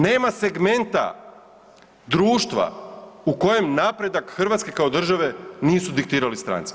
Nema segmenta društva u kojem napredak Hrvatske kao države nisu diktirali stranci.